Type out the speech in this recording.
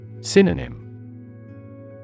Synonym